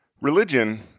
Religion